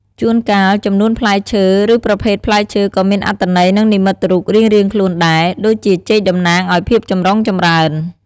ជួនកាលចំនួនផ្លែឈើ ឬប្រភេទផ្លែឈើក៏មានអត្ថន័យនិងនិមិត្តរូបរៀងៗខ្លួនដែរ ដូចជាចេកតំណាងឱ្យភាពចម្រុងចម្រើន។